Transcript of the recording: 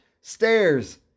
stairs